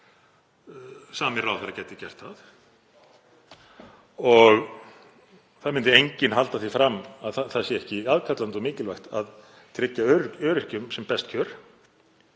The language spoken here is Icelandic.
Sami ráðherra gæti gert það og enginn myndi halda því fram að það væri ekki aðkallandi og mikilvægt að tryggja öryrkjum sem best kjör.